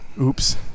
Oops